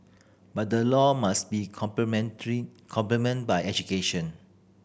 but the law must be complement by education